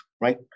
right